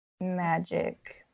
Magic